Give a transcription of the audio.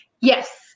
Yes